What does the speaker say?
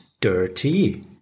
dirty